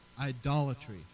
idolatry